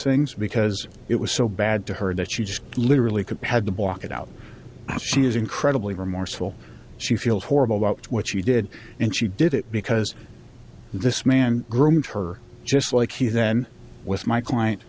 things because it was so bad to her that she just literally could had to block it out she is incredibly remorseful she feels horrible about what she did and she did it because this man groomed her just like he then with my client